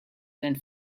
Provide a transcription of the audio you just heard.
and